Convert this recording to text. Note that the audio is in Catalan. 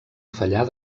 fallar